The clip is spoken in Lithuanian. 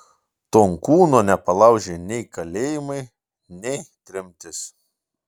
tonkūno nepalaužė nei kalėjimai nei tremtis